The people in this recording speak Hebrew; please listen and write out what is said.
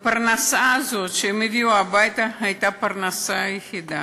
הפרנסה הזאת שהם הביאו הביתה הייתה הפרנסה היחידה.